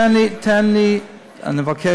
כבוד השר, זה 56. תן לי, אני מבקש.